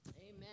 Amen